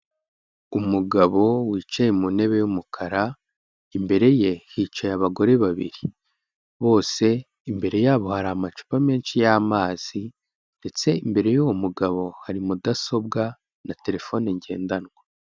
Umugabo wicaye mu ntebe y'umukara, imbere ye hicaye abagore babiri, bose imbere yabo hari amacupa menshi y'amazi ndetse imbere y'uwo mugabo hari mudasobwa na terefone ngendanwa.